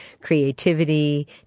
creativity